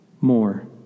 more